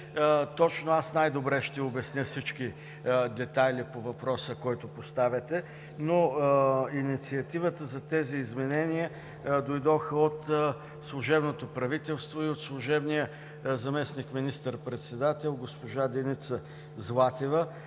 точно аз най-добре ще обясня всички детайли по въпроса, който поставяте, но инициативата за тези изменения дойде от служебното правителство и от служебния заместник министър-председател госпожа Деница Златева,